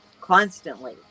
constantly